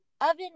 oven